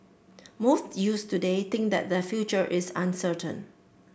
most youths today think that their future is uncertain